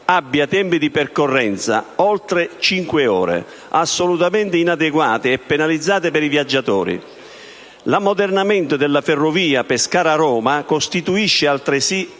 abbia tempi di percorrenza (oltre cinque ore) assolutamente inadeguati e penalizzanti per i viaggiatori. L'ammodernamento della ferrovia Pescara-Roma costituisce, altresì,